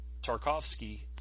Tarkovsky